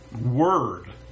word